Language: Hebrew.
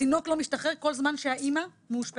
התינוק לא משתחרר כל זמן שהאימא מאושפזת.